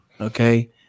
Okay